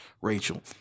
Rachel—